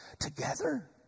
together